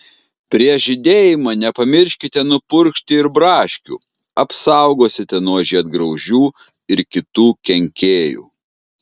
prieš žydėjimą nepamirškite nupurkšti ir braškių apsaugosite nuo žiedgraužių ir kitų kenkėjų